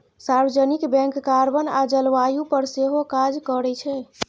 सार्वजनिक bank carbon आ जलबायु पर सेहो काज करै छै